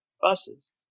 buses